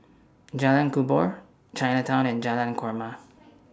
Jalan Kubor Chinatown and Jalan Korma